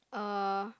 uh